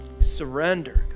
Surrender